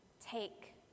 Take